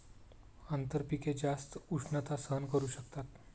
आंतरपिके जास्त उष्णता सहन करू शकतात